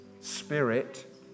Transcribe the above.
spirit